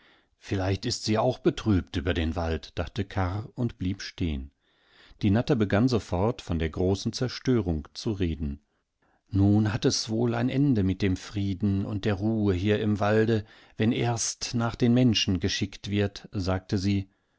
vielleicht ist sie auch betrübt über den wald dachte karr und blieb stehen die natter begann sofort von der großen zerstörung zu reden nun hat es wohl ein ende mit dem frieden und der ruhe hier im walde wenn erst nach den menschen geschickt wird sagte sie